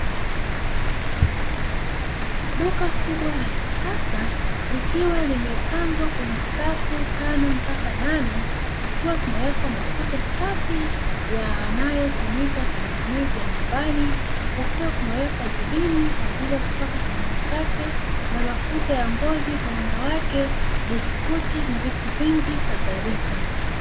Duka kubwa la kisasa likiwa limepangwa kwenye safu tano mpaka nane, kukiwa kumewekwa mafuta safi yanayotumika kwa matumizi ya nyumbani kukiwa kumewekwa jibini kwa ajili ya kupaka kwenye mikate na mafuta ya ngozi kwa wanawake, biskuti na vitu vingi kadhalika.